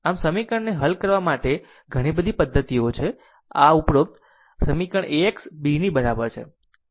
આમ સમીકરણને હલ કરવા માટેની ઘણી પદ્ધતિઓ છે આ ઉપરોક્ત સમીકરણ AX B ની બરાબર છે